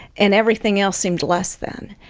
and everything else seemed less than.